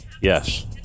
Yes